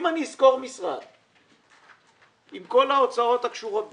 אם אני אשכור משרד עם כל ההוצאות הקשורות בכך,